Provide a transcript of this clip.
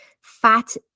fat